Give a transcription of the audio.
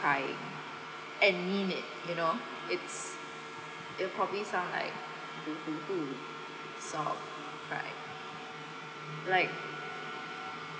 cry and mean it you know it's it will probably sounds like sob cry like